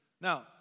Now